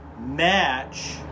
match